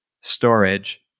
storage